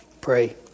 Pray